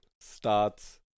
starts